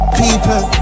people